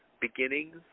beginnings